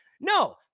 No